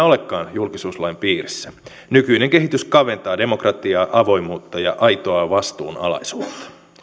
olekaan julkisuuslain piirissä nykyinen kehitys kaventaa demokratiaa avoimuutta ja aitoa vastuunalaisuutta